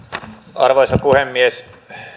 arvoisa puhemies